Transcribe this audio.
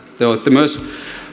te olette myös